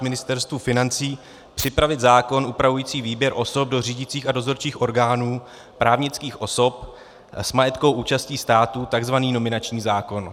Ministerstvu financí připravit zákon upravující výběr osob do řídících a dozorčích orgánů právnických osob s majetkovou účastí státu, tzv. nominační zákon.